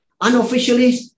Unofficially